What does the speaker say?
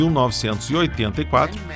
1984